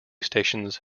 stations